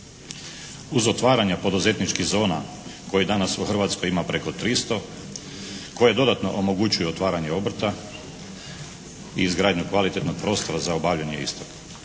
Uz otvaranja poduzetničkih zona kojih danas u Hrvatskoj ima preko 300 koje dodatno omogućuju otvaranje obrta i izgradnju kvalitetnog prostora za obavljanje istog.